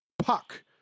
puck